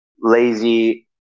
Lazy